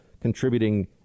contributing